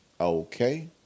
Okay